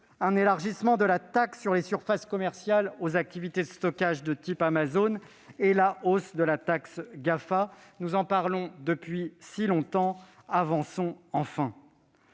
un élargissement de la taxe sur les surfaces commerciales aux activités de stockage de type Amazon, et la hausse de la taxe GAFA. Nous en parlons depuis si longtemps ; avançons enfin !